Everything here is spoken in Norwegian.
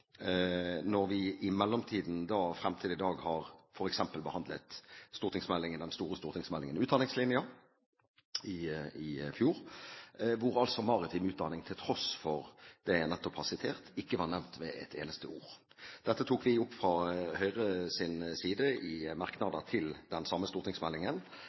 når vi i mellomtiden – fra i fjor og frem til i dag – har behandlet den store stortingsmeldingen om utdanningslinjen, hvor altså maritim utdanning, til tross for det jeg nettopp har sitert, ikke var nevnt med et eneste ord. Dette tok vi opp fra Høyres side i merknader til den samme stortingsmeldingen.